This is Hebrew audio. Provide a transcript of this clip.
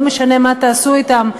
לא משנה מה תעשו אתם,